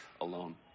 alone